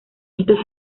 estos